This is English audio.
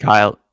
Kyle